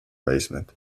basement